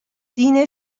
دین